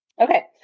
Okay